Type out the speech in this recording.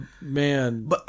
Man